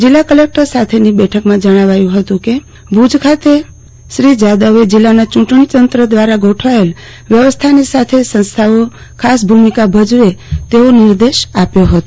જીલ્લા કલેકટર સાથે ની બેઠક માં જણાવ્યું કે ભુજ ખાતે શ્રી જાદવે જિલ્લાના યૂંટણીતંત્ર દ્વારા ગોઠવાયેલ વ્યવસ્થાની સાથે સંસ્થાઓ ખાસ ભૂમિકા ભજવે તેવો નિર્દેશ આપ્યો હતો